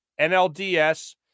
NLDS